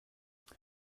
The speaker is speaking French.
quel